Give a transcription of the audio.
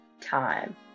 time